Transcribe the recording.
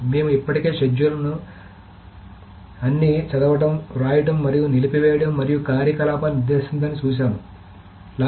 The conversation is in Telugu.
కాబట్టిమేము ఇప్పటికేషెడ్యూల్ను మేము షెడ్యూల్ అన్ని చదవడం వ్రాయడం మరియు నిలిపివేయడం మరియు కార్యకలాపాలు నిర్దేశిస్తుందని చూశాము కూడా